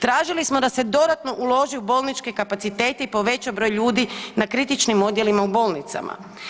Tražili smo da se dodatno uloži u bolničke kapacitete i poveća broj ljudi na kritičnim odjelima u bolnicama.